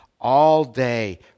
all-day